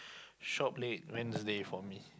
shop late Wednesday for me